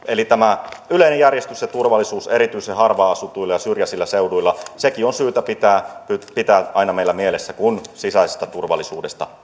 eli tämä yleinen järjestys ja turvallisuus erityisen harvaan asutuilla ja syrjäisillä seuduilla on sekin syytä pitää aina meillä mielessä kun sisäisestä turvallisuudesta